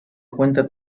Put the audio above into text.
cuenta